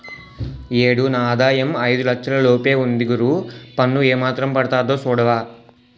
ఈ ఏడు నా ఆదాయం ఐదు లచ్చల లోపే ఉంది గురూ పన్ను ఏమాత్రం పడతాదో సూడవా